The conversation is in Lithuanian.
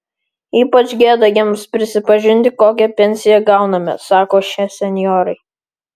ypač gėda jiems prisipažinti kokią pensiją gauname sako šie senjorai